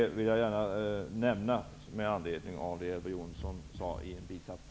Jag vill gärna nämna detta med anledning av det Elver Jonsson sade i en bisats.